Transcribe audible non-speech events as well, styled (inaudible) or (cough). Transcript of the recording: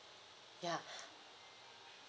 ya (breath)